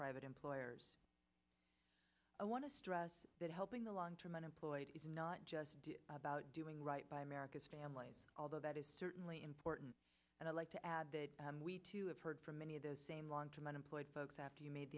private employers i want to stress that helping the long term unemployed is not just about doing right by america's families although that is certainly important and i'd like to add we too have heard from many of those same long term unemployed folks after you made